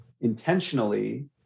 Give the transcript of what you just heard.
intentionally